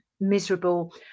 miserable